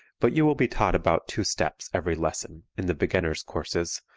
but you will be taught about two steps every lesson, in the beginners' courses,